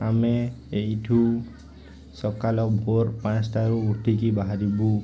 ଆମେ ଏଇଠୁ ସକାଳ ଭୋର ପାଞ୍ଚଟାରୁ ଉଠିକି ବାହାରିବୁ